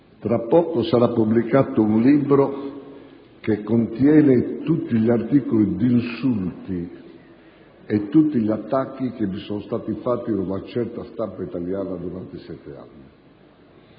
Tra poco sarà pubblicato un libro che contiene tutti gli articoli di insulti e tutti gli attacchi che mi sono stati fatti da una certa stampa italiana durante i sette anni.